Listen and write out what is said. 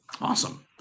Awesome